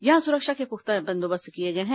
यहां सुरक्षा के पुख्ता बंदोबस्त किए गए हैं